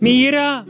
Mira